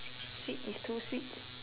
sweet is too sweet